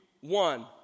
one